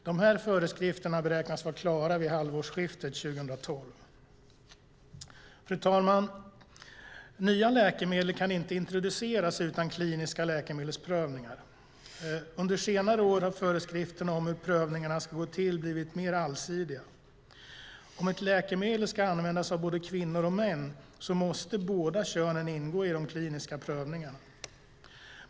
De här föreskrifterna beräknas vara klara vid halvårsskiftet 2012. Fru talman! Nya läkemedel kan inte introduceras utan kliniska läkemedelsprövningar. Under senare år har föreskrifterna om hur prövningarna ska gå till blivit mer allsidiga. Om ett läkemedel ska användas av både kvinnor och män måste båda könen ingå i de kliniska prövningarna.